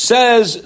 Says